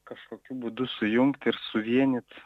kažkokiu būdu sujungti ir suvienyt